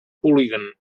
polígon